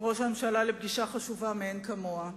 ראש הממשלה, לפגישה חשובה מאין כמוה.